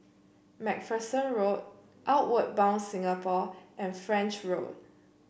MacPherson Road Outward Bound Singapore and French Road